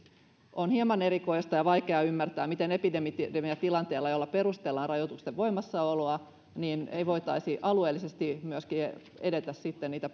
on hieman erikoista ja vaikea ymmärtää miten epidemiatilanteella jolla perustellaan rajoitusten voimassaoloa ei voitaisi alueellisesti myöskin edetä sitten niitä